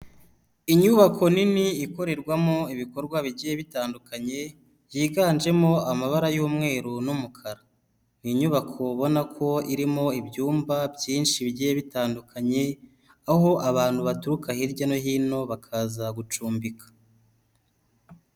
Inyubako nini ikorerwamo ibikorwa bigiye bitandukanye byiganjemo amabara y'umweru n'umukara, inyubako ubona ko irimo ibyumba byinshi bigiye bitandukanye aho abantu baturuka hirya no hino bakaza gucumbika.